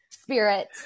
spirit